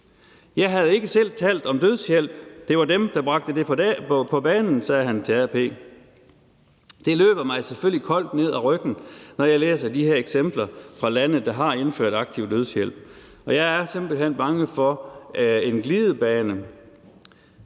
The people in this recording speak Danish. Jeg havde ikke selv talt om dødshjælp, det var dem, der bragte det på banen, sagde han til AP. Det løber mig selvfølgelig koldt ned ad ryggen, når jeg læser de her eksempler fra lande, der har indført aktiv dødshjælp. Jeg er simpelt hen bange for en glidebane.